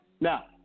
Now